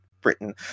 Britain